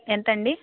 ఎంత అండి